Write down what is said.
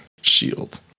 shield